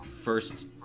first